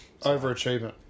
overachievement